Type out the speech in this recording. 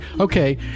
okay